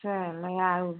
चल लगाउब